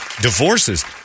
Divorces